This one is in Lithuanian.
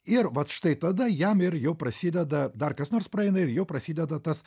ir vat štai tada jam ir jau prasideda dar kas nors praeina ir jau prasideda tas